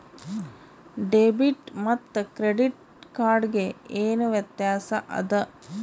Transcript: Debit ಮತ್ತ credit card ಗೆ ಏನ ವ್ಯತ್ಯಾಸ ಆದ?